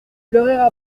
pleurèrent